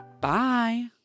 Bye